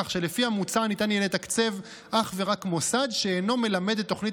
כך שלפי המוצע ניתן יהיה לתקצב אך ורק מוסד שאינו מלמד את תוכנית